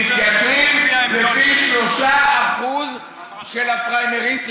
מתיישרים לפי 3% של הפריימריסט.